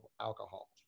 alcohol